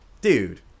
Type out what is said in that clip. dude